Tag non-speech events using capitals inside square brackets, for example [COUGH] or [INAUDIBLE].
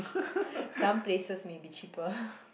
[BREATH] some places may be cheaper [LAUGHS]